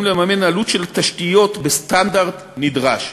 לממן עלות של תשתית בסטנדרט הנדרש.